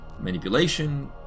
manipulation